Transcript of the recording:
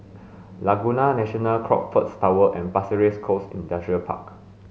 Laguna National Crockfords Tower and Pasir Ris Coast Industrial Park